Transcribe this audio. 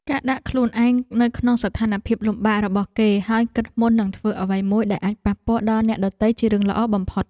ការដាក់ខ្លួនឯងនៅក្នុងស្ថានភាពលំបាករបស់គេហើយគិតមុននឹងធ្វើអ្វីមួយដែលអាចប៉ះពាល់ដល់អ្នកដទៃជារឿងល្អបំផុត។